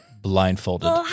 blindfolded